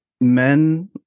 men